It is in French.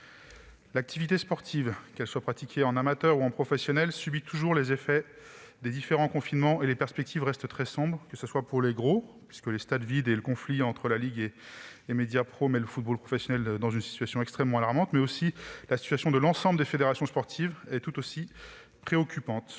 L'activité sportive, qu'elle soit pratiquée en amateur ou en professionnel, subit toujours les effets des différents confinements, et les perspectives restent très sombres. Entre les stades vides et le conflit entre la ligue et Mediapro, le football professionnel est dans une situation extrêmement alarmante. Cependant, la situation de l'ensemble des fédérations sportives est tout aussi préoccupante.